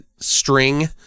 string